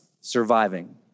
surviving